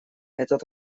этот